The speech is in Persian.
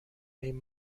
این